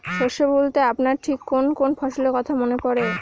শস্য বলতে আপনার ঠিক কোন কোন ফসলের কথা মনে পড়ে?